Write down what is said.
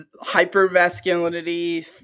hyper-masculinity